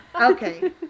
Okay